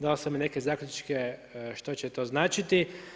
Dao sam i neke zaključke što će to značiti.